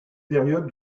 période